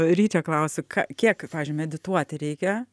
ryčio klausiu ką kiek pavyzdžiui medituoti reikia